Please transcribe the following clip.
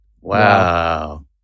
Wow